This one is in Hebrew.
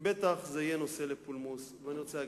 בטח זה יהיה נושא לפולמוס, ואני רוצה להגיד: